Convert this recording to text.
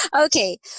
Okay